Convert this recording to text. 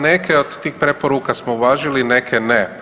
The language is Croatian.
Neke od tih preporuka smo uvažili, neke ne.